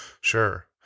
sure